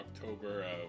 October